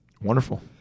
Wonderful